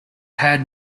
had